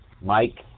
Mike